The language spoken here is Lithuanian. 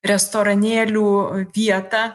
restoranėlių vietą